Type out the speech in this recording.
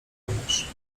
wyglądasz